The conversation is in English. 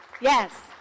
yes